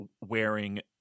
wearing